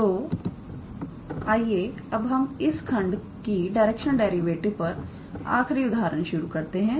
तो आइए अब हम इस खंड की डायरेक्शनल डेरिवेटिव पर आखिरी उदाहरण शुरू करते हैं